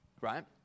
right